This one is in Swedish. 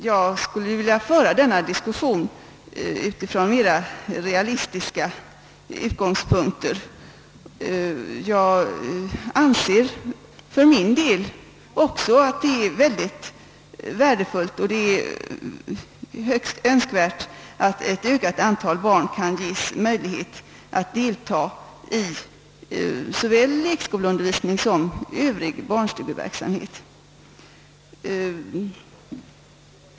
Jag skulle vilja föra denna diskussion utifrån mera realistiska utgångspunkter. Också jag anser att det är mycket värdefullt och högst önskvärt att ett ökat antal barn kan ges möjlighet att delta såväl i lekskoleundervisning som i övrig barnstugeverksamhet.